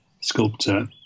sculptor